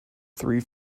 three